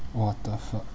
what the fuck